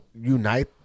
unite